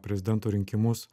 prezidento rinkimus